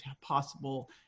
possible